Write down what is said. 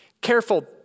Careful